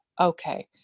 okay